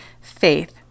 faith